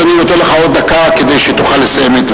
אז אני נותן לך עוד דקה כדי שתוכל לסיים את דבריך.